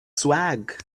swag